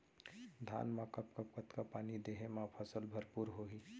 धान मा कब कब कतका पानी देहे मा फसल भरपूर होही?